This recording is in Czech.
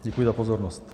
Děkuji za pozornost.